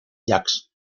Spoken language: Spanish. jacques